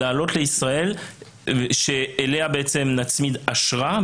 לעלות לישראל שאליה נצמיד אשרה,